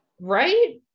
Right